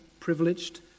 privileged